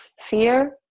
fear